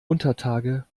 untertage